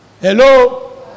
hello